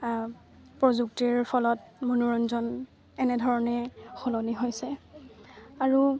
প্ৰযুক্তিৰ ফলত মনোৰঞ্জন এনেধৰণে সলনি হৈছে আৰু